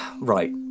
Right